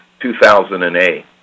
2008